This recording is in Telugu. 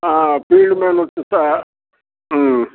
ఫీల్డ్ మ్యాన్ వచ్చి